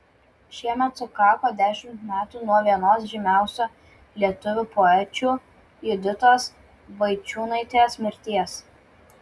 šiemet sukako dešimt metų nuo vienos žymiausių lietuvių poečių juditos vaičiūnaitės mirties